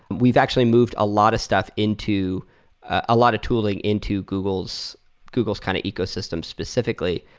we've actually moved a lot of stuff into a lot of tooling into google's google's kind of ecosystem specifically.